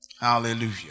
Hallelujah